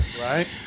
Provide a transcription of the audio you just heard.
Right